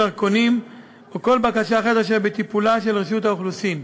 דרכונים או כל בקשה אחרת אשר בטיפולה של רשות האוכלוסין.